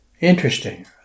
Interesting